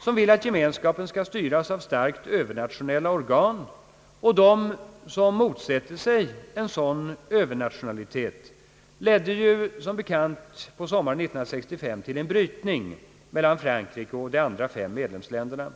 som vill att gemenskapen skall styras av starkt övernationella organ, och dem som motsätter sig en dylik övernationalitet ledde på sommaren 1965 till en brytning mellan Frankrike och de andra fem medlemsländerna.